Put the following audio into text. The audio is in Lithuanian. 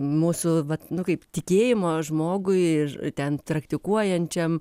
mūsų vat nu kaip tikėjimo žmogui ir ten praktikuojančiam